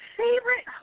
favorite –